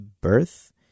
birth